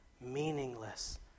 meaningless